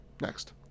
next